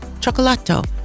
chocolato